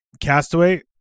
Castaway